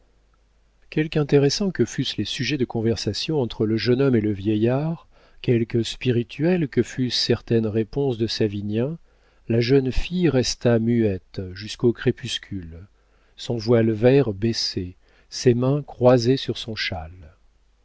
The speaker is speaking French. quelque intéressants que fussent les sujets de conversation entre le jeune homme et le vieillard quelque spirituelles que fussent certaines réponses de savinien la jeune fille resta muette jusqu'au crépuscule son voile vert baissé ses mains croisées sur son châle